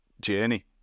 journey